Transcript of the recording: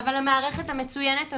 אבל המערכת המצוינת הזאת,